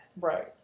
Right